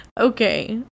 Okay